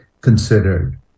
considered